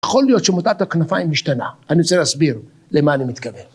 יכול להיות שמוטת הכנפיים משתנה, אני רוצה להסביר למה אני מתכוון.